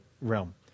realm